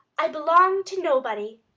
i belong to nobody.